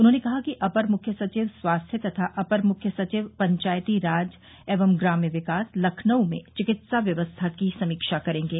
उन्होंने कहा कि अपर मुख्य सचिव स्वास्थ्य तथा अपर मुख्य सचिव पंचायती राज एवं ग्राम्य विकास लखनऊ में चिकित्सा व्यवस्था की समीक्षा करेंगे